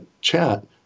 chat